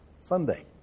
Sunday